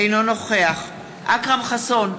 אינו נוכח אכרם חסון,